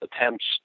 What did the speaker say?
attempts